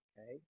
Okay